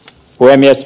puhemies